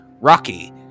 rocky